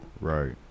Right